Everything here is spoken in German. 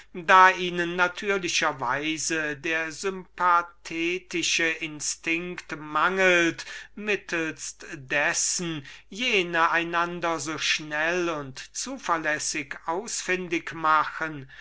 da ihnen dieser instinkt dieses sympathetische gefühl mangelt mittelst dessen jene einander so schnell und zuverlässig ausfindig machen